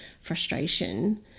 frustration